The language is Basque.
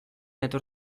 etor